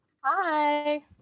Hi